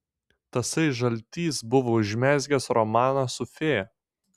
tasai žaltys buvo užmezgęs romaną su fėja